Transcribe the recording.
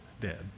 dead